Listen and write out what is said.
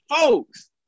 folks